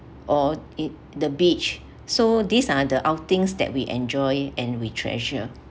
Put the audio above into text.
or it the beach so these are the outings that we enjoy and we treasure